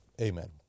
Amen